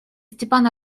степан